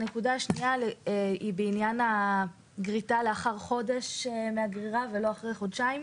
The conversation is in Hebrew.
הנקודה השנייה היא בעניין הגריטה לאחר חודש מן הגרירה ולא לאחר חודשיים.